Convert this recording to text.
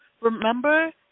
remember